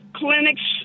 clinics